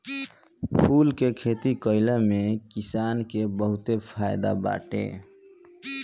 फूल के खेती कईला में किसान के बहुते फायदा बाटे